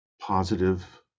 positive